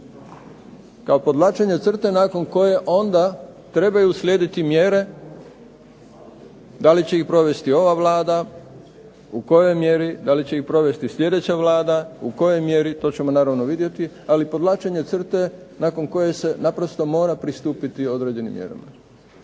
Kao podvlačenja crte nakon koje onda trebaju uslijediti mjere da li će ih provesti ova Vlada, u kojoj mjeri, da li će ih provesti sljedeća Vlada, u kojoj mjeri? To ćemo naravno vidjeti, ali podvlačenje crte nakon koje se naprosto mora pristupiti određenim mjerama.